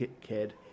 kid